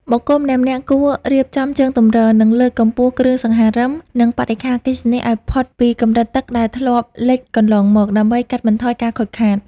បុគ្គលម្នាក់ៗគួររៀបចំជើងទម្រ ឬលើកកម្ពស់គ្រឿងសង្ហារឹម និងបរិក្ខារអគ្គិសនីឱ្យផុតពីកម្រិតទឹកដែលធ្លាប់លិចកន្លងមក ដើម្បីកាត់បន្ថយការខូចខាត។